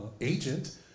agent